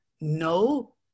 No